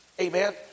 Amen